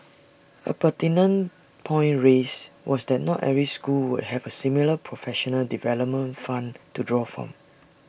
A pertinent point raised was that not every school would have A similar professional development fund to draw from